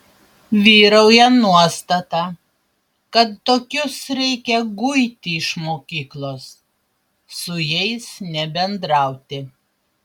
vyrauja nuostata kad tokius reikia guiti iš mokyklos su jais nebendrauti